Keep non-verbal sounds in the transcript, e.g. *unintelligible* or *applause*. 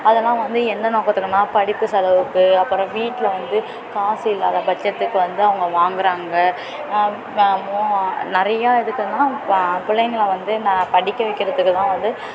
அதனா வந்து எந்த நோக்கத்துக்குனா படிப்பு செலவுக்கு அப்றம் வீட்டில் வந்து காசு இல்லாத பட்சத்துக்கு வந்து அவங்க வாங்குகிறாங்க *unintelligible* நிறையா எதுக்குனா ப பிள்ளைங்கள வந்து ந படிக்க வைக்கிறதுக்கு தான் வந்து